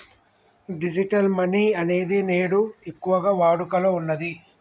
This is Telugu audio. డిజిటల్ మనీ అనేది నేడు ఎక్కువగా వాడుకలో ఉన్నది